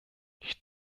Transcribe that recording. ich